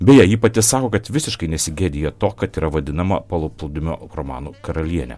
beje ji pati sako kad visiškai nesigėdija to kad yra vadinama paplūdimio romanų karaliene